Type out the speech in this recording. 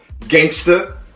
Gangster